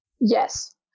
Yes